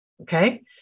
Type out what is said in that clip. okay